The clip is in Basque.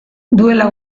duela